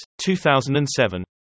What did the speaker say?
2007